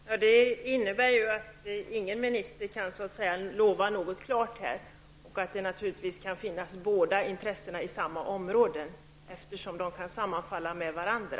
Herr talman! Det innebär att ingen minister kan lova något klart. Båda intressena kan naturligtvis finnas för samma område. De kan ju sammanfalla med varandra.